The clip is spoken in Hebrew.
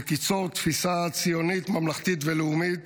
שתיצור תפיסה ציונית ממלכתית ולאומית